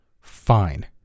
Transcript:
Fine